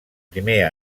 primer